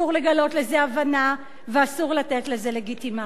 אסור לגלות לזה הבנה ואסור לתת לזה לגיטימציה.